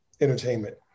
entertainment